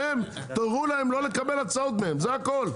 והם, תורו להם לא לקבל הצעות מהם, זה הכול.